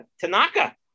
Tanaka